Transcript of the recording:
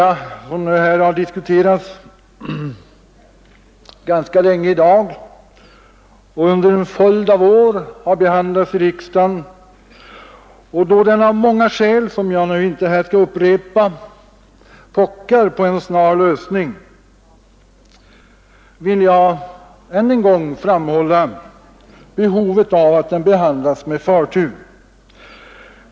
Eftersom denna fråga har diskuterats ganska länge i dag och har behandlats i riksdagen under en följd av år, och då den av många skäl som jag inte här skall upprepa pockar på en snar lösning, vill jag än en gång framhålla behovet av att den behandlas med förtur.